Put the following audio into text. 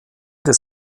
des